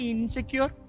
insecure